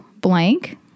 blank